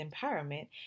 empowerment